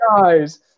guys